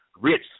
Rich